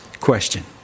question